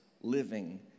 living